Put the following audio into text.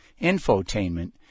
Infotainment